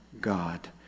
God